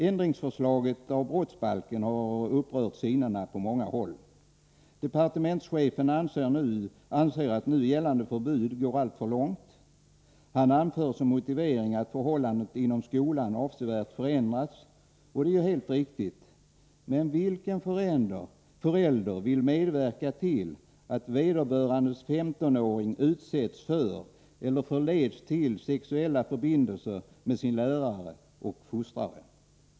Förslaget till ändring av brottsbalken har upprört sinnena på många håll. Departementschefen anser att nu gällande förbud går alltför långt. Han anför som motivering att förhållandena inom skolan avsevärt förändrats — och det är riktigt. Men vilken förälder vill medverka till att vederbörandes 15-åring utsätts för eller förleds till sexuella förbindelser med sin lärare och fostrare?